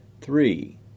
Three